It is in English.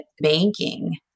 banking